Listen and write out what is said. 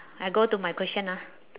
I go to my question ah